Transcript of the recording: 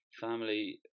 family